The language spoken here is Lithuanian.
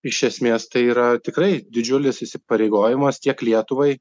iš esmės tai yra tikrai didžiulis įsipareigojimas tiek lietuvai